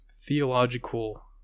theological